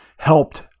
helped